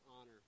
honor